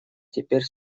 теперь